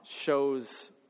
shows